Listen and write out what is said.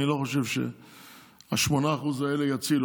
אני לא חושב שה-8% האלה יצילו.